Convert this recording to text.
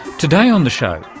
today on the show,